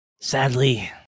Sadly